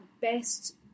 best